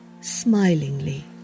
smilingly